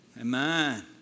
Amen